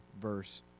verse